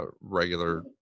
regular